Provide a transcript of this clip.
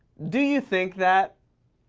do you think that?